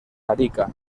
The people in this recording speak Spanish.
arica